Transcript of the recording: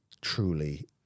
truly